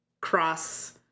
cross